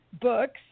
books